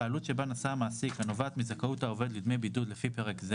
"העלות שבה נשא המעסיק הנובעת מזכאות העובד לדמי בידוד לפי פרק זה"